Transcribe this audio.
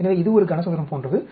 எனவே இது ஒரு கன சதுரம் போன்றது